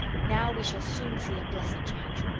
now we shall soon see a blessed change.